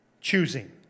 choosing